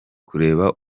kureba